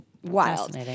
Wild